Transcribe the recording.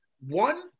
One